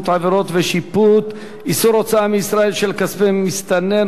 (עבירות ושיפוט) (איסור הוצאה מישראל של כספי מסתנן,